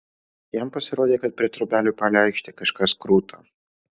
jam pasirodė kad prie trobelių palei aikštę kažkas kruta